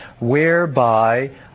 whereby